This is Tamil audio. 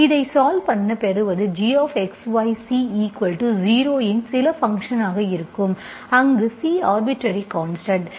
இதை சால்வ் பண்ண பெறுவது gXYC0 இன் சில ஃபங்சன் ஆக இருக்கும் அங்கு C ஆர்பிட்டர்ரி கான்ஸ்டன்ட்